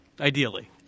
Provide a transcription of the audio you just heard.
ideally